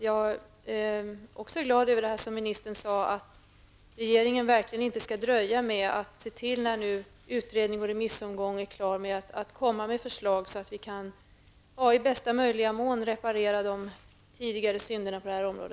Jag är även glad över vad ministern sade om att regeringen verkligen inte skall, när utredningen och remissomgången är klara, dröja med att komma med förslag så att vi kan i bästa möjliga mån reparera tidigare synder på detta område.